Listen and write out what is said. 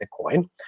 Bitcoin